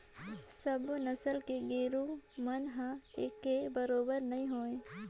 सबो नसल के गोरु मन हर एके बरोबेर नई होय